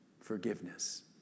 forgiveness